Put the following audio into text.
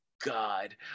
god